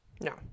no